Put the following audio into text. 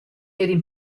eir